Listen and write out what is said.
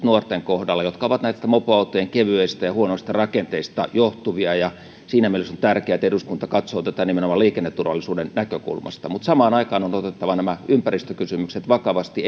nuorten kohdalla jotka ovat näitten mopoautojen kevyistä ja huonoista rakenteista johtuvia siinä mielessä on tärkeää että eduskunta katsoo tätä nimenomaan liikenneturvallisuuden näkökulmasta mutta samaan aikaan on otettava nämä ympäristökysymykset vakavasti